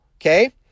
Okay